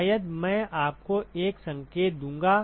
शायद मैं आपको एक संकेत दूंगा